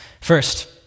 First